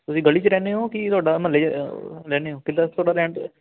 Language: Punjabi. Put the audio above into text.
ਤੁਸੀਂ ਗਲੀ 'ਚ ਰਹਿੰਦੇ ਹੋ ਕੀ ਤੁਹਾਡਾ ਮਹੱਲੇ 'ਚ ਰਹਿੰਦੇ ਹੋ ਕਿੱਦਾਂ ਤੁਹਾਡਾ ਰਹਿਣ ਦਾ